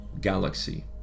galaxy